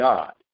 God